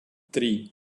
три